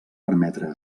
permetre